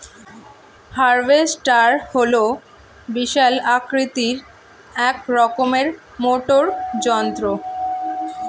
harvester হল বিশাল আকৃতির এক রকমের মোটর যন্ত্র